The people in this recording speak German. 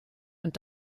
und